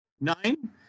Nine